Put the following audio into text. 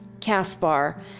Caspar